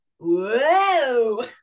whoa